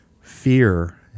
fear